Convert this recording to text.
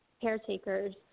caretakers